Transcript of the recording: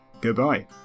goodbye